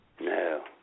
No